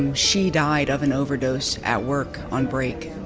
and she died of an overdose at work on break